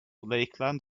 lakeland